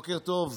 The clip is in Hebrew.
בוקר טוב.